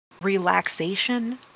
relaxation